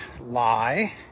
lie